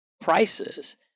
prices